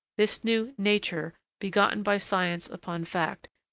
this new nature begotten by science upon fact,